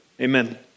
Amen